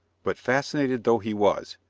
but, fascinated though he was,